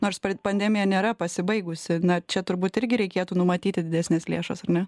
nors pandemija nėra pasibaigusi na čia turbūt irgi reikėtų numatyti didesnes lėšas ar ne